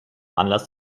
anlass